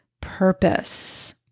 Purpose